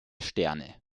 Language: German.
sterne